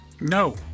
No